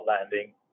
landing